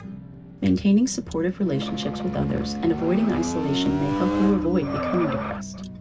maintaining supportive relationships with others and avoiding isolation may help you avoid becoming depressed.